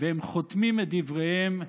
והם חותמים את דבריהם,